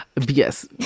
Yes